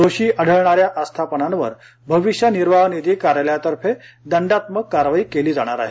दोषी आढळणाऱ्या आस्थापनांवर भविष्य निर्वाह निधी कार्यालयातर्फे दंडात्मक कारवाई केली जाणार आहे